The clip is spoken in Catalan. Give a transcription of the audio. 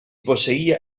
posseïa